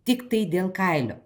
tiktai dėl kailio